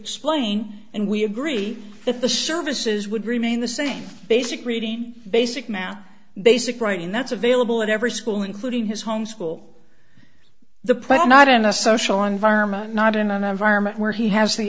explain and we agree that the services would remain the same basic reading basic math basic writing that's available at every school including his home school the player not in a social environment not in an environment where he has the